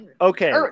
okay